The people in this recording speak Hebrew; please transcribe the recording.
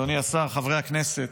אדוני השר, חברי הכנסת,